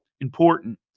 important